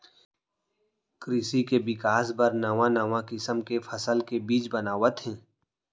कृसि के बिकास बर नवा नवा किसम के फसल के बीज बनावत हें